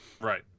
Right